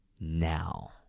now